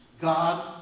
God